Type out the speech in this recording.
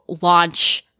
launch